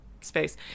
space